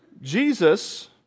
Jesus